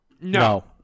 No